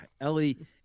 Ellie